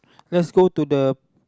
let's go to the